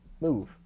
move